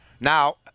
Now